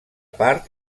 part